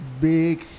big